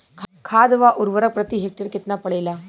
खाध व उर्वरक प्रति हेक्टेयर केतना पड़ेला?